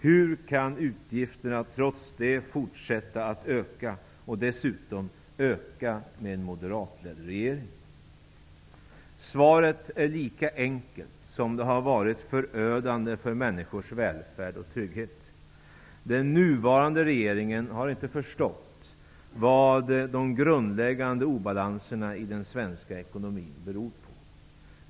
Hur kan utgifterna trots detta fortsätta att öka, dessutom med en moderatledd regering? Svaret är lika enkelt som det har varit förödande för människors välfärd och trygghet. Den nuvarande regeringen har inte förstått vad de grundläggande obalanserna i den svenska ekonomin beror på.